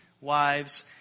wives